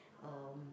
um